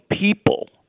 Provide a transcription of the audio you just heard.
people